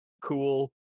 cool